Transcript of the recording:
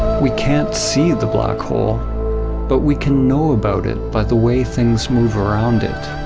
we can't see the black hole but we can know about it by the way things move around it,